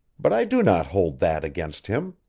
but i do not hold that against him.